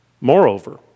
Moreover